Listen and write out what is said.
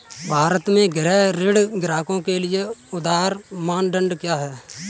भारत में गृह ऋण ग्राहकों के लिए उधार मानदंड क्या है?